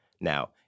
Now